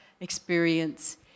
experience